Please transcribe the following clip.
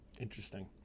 Interesting